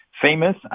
famous